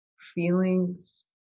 feelings